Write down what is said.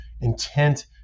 intent